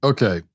Okay